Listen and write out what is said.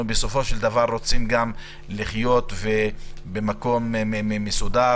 אנחנו בסופו של דבר רוצים לחיות במקום מסודר